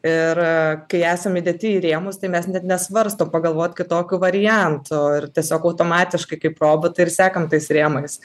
ir kai esam įdėti į rėmus tai mes net nesvarstom pagalvot kitokių variantų ir tiesiog automatiškai kaip robotai ir sekam tais rėmais